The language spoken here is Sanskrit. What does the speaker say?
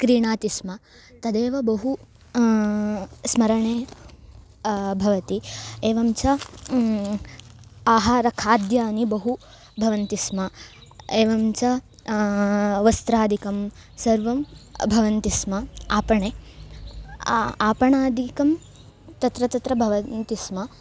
क्रीणन्ति स्म तदेव बहु स्मरणे भवति एवं च आहारखाद्यानि बहु भवन्ति स्म एवं च वस्त्रादिकं सर्वं भवन्ति स्म आपणे आ आपणादिकं तत्र तत्र भवन्ति स्म